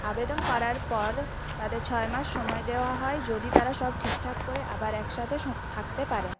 আবেদন করার পর তাদের ছয় মাস সময় দেওয়া হয় যদি তারা সব ঠিক ঠাক করে আবার একসাথে থাকতে পারে